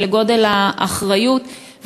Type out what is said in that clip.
ולגודל האחריות,